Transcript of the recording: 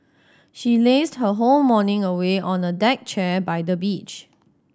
she lazed her whole morning away on a deck chair by the beach